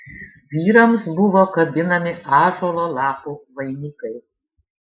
vyrams buvo kabinami ąžuolo lapų vainikai